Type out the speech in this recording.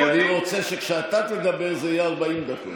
כי אני רוצה שכשאתה תדבר זה יהיה 40 דקות.